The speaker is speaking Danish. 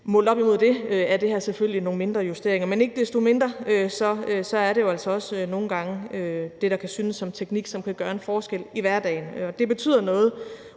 målt op imod det er det her selvfølgelig nogle mindre justeringer. Men ikke desto mindre er det jo altså også nogle gange det, der kan synes at være teknik, som kan gøre en forskel i hverdagen. Det betyder noget